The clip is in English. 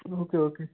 okay okay